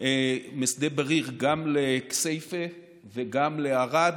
משדה בריר גם לכסייפה וגם לערד